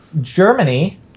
Germany